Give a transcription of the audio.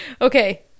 okay